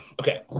okay